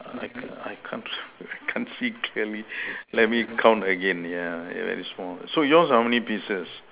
I can't I can't I can't see clearly let me count again ya very small so yours is how many pieces